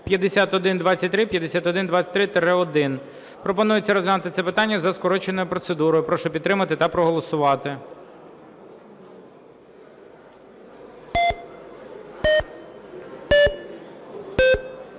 номер 4634). Пропонується розглянути це питання за скороченою процедурою. Прошу підтримати та проголосувати.